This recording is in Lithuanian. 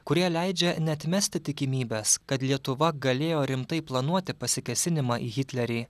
kurie leidžia neatmesti tikimybės kad lietuva galėjo rimtai planuoti pasikėsinimą į hitlerį